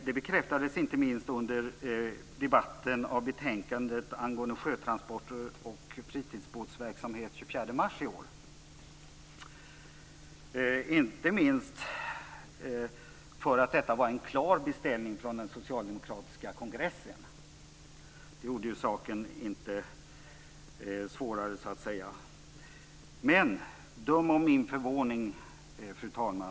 Det bekräftades inte minst under debatten om betänkandet angående sjötransporter och fritidsbåtsverksamhet den 24 mars i år. Detta var en klar beställning från den socialdemokratiska kongressen. Det gjorde inte saken svårare. Men döm om min förvåning, fru talman.